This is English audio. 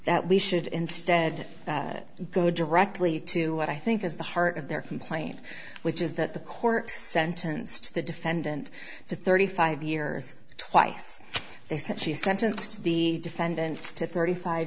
that we should instead that go directly to what i think is the heart of their complaint which is that the court sentenced the defendant to thirty five years twice they said she sentence to the defendant to thirty five